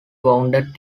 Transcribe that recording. wounded